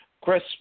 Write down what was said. Chris